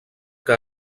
que